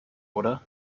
oder